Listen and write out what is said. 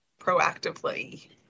proactively